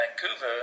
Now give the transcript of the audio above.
Vancouver